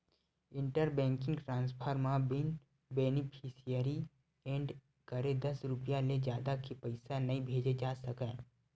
inter banking transfer म बिन beneficiary add करे दस रूपिया ले जादा के पइसा नइ भेजे जा सकय